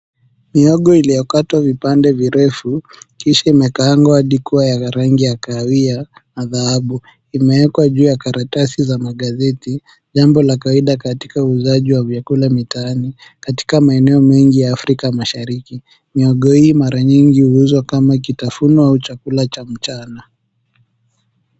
Mihogo iliyokatwa vipande virefu, kisha imekaangwa hadi kuwa ya rangi ya kahawia na dhahabu. Imewekwa juu ya karatasi za magazeti, jambo la kawaida katika uuzaji wa vyakula mitaani katika maeneo mengi ya Afrika Mashariki. Mihogo hii mara nyingi huuzwa kama kitafunwa ama chakula cha mchana.